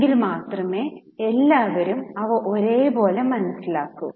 എങ്കിൽ മാത്രമേ എല്ലാവരും അവ ഒരേ പോലെ മനസിലാക്കൂ